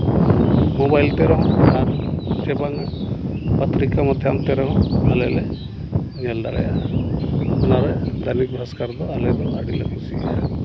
mobile ᱛᱮᱦᱚᱸ ᱪᱮ ᱵᱟᱝᱟ ᱯᱚᱛᱛᱨᱤᱠᱟ ᱢᱟᱫᱽᱫᱷᱚᱢ ᱛᱮᱦᱚᱸ ᱟᱞᱮ ᱞᱮ ᱧᱮᱞ ᱫᱟᱲᱮᱭᱟᱜᱼᱟ ᱚᱱᱟᱨᱮ ᱫᱳᱭᱦᱤᱠ ᱯᱨᱚᱵᱷᱟᱠᱚᱨ ᱫᱚ ᱟᱞᱮ ᱫᱚ ᱟᱹᱰᱤᱞᱮ ᱠᱩᱥᱤᱭᱟᱜᱼᱟ